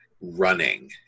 running